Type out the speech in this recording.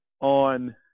On